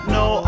no